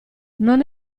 non